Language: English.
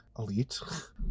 Elite